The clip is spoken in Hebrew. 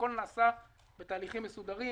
הכול נעשה בתהליכים מסודרים,